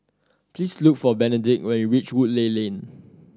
please look for Benedict when you reach Woodleigh Lane